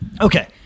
okay